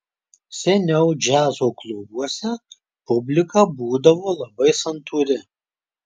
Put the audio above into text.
seniau džiazo klubuose publika būdavo labai santūri